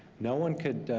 no one could